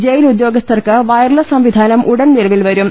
jail ഉദ്യോഗസ്ഥക്ക് wireless സംവിധാനം ഉടൻ നിലവിൽ വരും